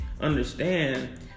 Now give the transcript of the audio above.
understand